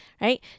Right